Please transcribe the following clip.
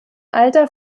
alter